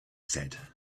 said